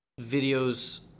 videos